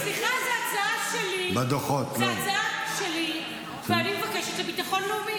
סליחה, זו הצעה שלי, ואני מבקשת לביטחון לאומי.